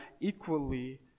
equally